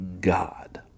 God